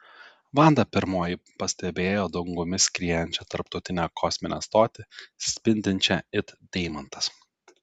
vanda pirmoji pastebėjo dangumi skriejančią tarptautinę kosminę stotį spindinčią it deimantas